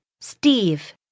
Steve